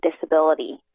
disability